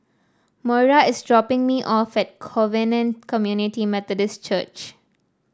Moira is dropping me off at Covenant Community Methodist Church